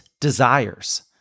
desires